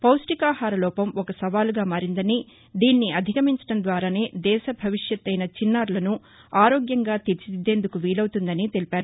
పౌష్ణికాహార లోపం ఓ సవాల్గా మారిందని దీన్ని అధిగమించడం ద్వారానే దేశ భవిష్యత్ అయిన చిన్నారులను ఆరోగ్యంగా తీర్చిదిద్దేందుకు వీలవుతుందని తెలిపారు